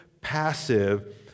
passive